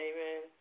Amen